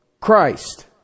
Christ